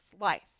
life